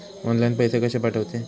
Online पैसे कशे पाठवचे?